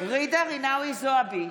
ג'ידא רינאוי זועבי,